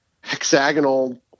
hexagonal